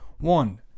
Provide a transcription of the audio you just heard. One